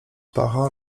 pachą